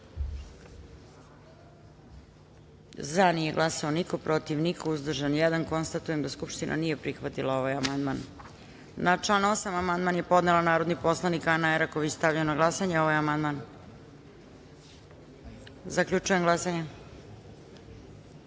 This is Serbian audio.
glasanje: za – niko, protiv – niko, uzdržan – jedan. Konstatujem da Skupština nije prihvatila ovaj amandman. Na član 8. amandman je podnela narodni poslanik Ana Eraković. Stavljam na glasanje ovaj amandman. Zaključujem glasanje: